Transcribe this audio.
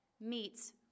meets